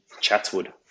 Chatswood